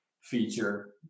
feature